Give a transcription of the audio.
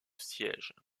siège